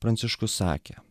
pranciškus sakė